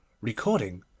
Recording